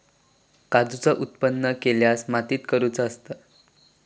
काजूचा उत्त्पन कसल्या मातीत करुचा असता?